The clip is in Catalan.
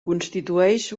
constitueix